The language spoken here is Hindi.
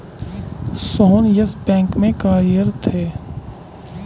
सोहन येस बैंक में कार्यरत है